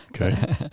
Okay